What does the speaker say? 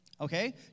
Okay